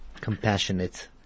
compassionate